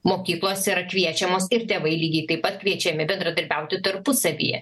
mokyklos yra kviečiamos ir tėvai lygiai taip pat kviečiami bendradarbiauti tarpusavyje